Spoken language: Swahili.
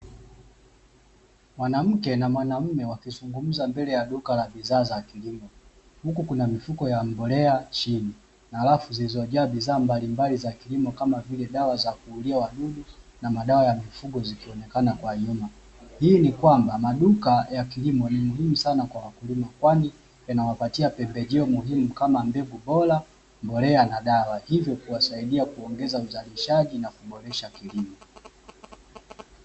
Mwanamke na mwanaume wakizungumza mbele ya duka la bidhaa za kilimo huku kuna mifuko ya mbolea chini na rafu zilizojaa bidhaa mbalimbali za kilimo kama vile dawa za kuulia wadudu na madawa ya mifugo zikionekana kwa nyuma. Hii ni kwamba maduka ya kilimo ni muhimu sana kwa wakulima kwani yanawapatia pembejeo muhimu kama mbegu bora mbolea na dawa, hivyo kuwasidia kuongeza uzalishaji na kuboresha kilimo.